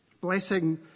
Blessing